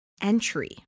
entry